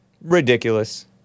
Ridiculous